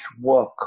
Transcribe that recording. work